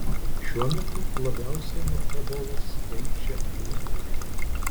šiuo metu labiausiai nuo ebolos kenčia liberija